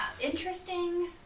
interesting